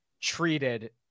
treated